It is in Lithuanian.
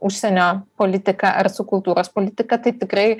užsienio politika ar su kultūros politika tai tikrai